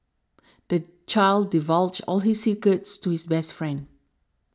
the child divulged all his secrets to his best friend